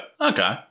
Okay